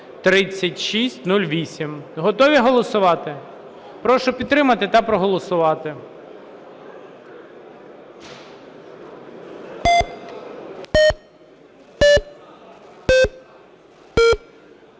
Готові голосувати? Прошу підтримати та проголосувати.